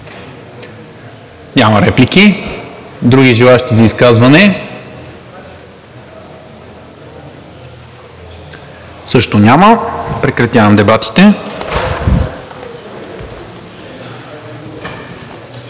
Няма. Други желаещи за изказване? Също няма. Прекратявам дебатите.